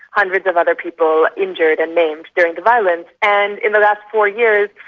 hundreds of other people injured and maimed during the violence. and in the last four years,